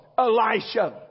Elisha